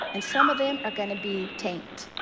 and some of them are gonna be tanked.